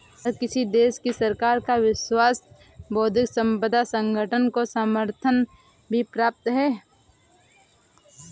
हर किसी देश की सरकार का विश्व बौद्धिक संपदा संगठन को समर्थन भी प्राप्त है